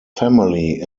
family